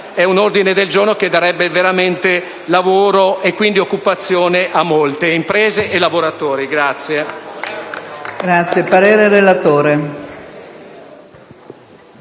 è un ordine del giorno che darebbe lavoro e, quindi, occupazione a molte imprese e lavoratori.